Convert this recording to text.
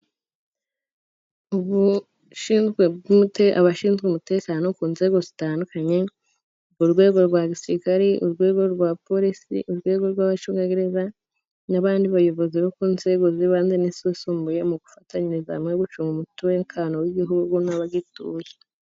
Abashinzwe umutekano ku nzego zitandukanye: mu rwego rwa gisirikare, urwego rwa polisi, urwego rw'abacungagereza, n'abandi bayobozi bo ku nzego z'ibanze, n'izisumbuye, mu gufatanyiriza mu gucunga umutekano w'igihugu n'abagituye.